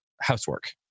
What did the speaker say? housework